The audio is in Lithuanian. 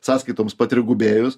sąskaitoms patrigubėjus